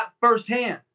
firsthand